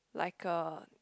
like a